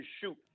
shoot